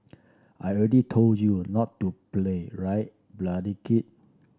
I already told you not to play right bloody kid